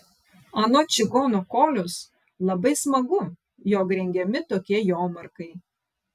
anot čigono kolios labai smagu jog rengiami tokie jomarkai